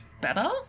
better